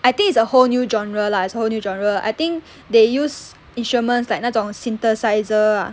I think it's a whole new genre lah it's a whole new genre I think they use instruments like 那种 synthesiser ah